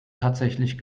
tatsächlich